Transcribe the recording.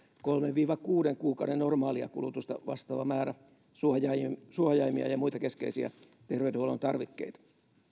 kolmen viiva kuuden kuukauden normaalia kulutusta vastaava määrä suojaimia ja muita keskeisiä terveydenhuollon tarvikkeita